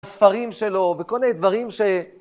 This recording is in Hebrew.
ספרים שלו, וכל מיני דברים ש...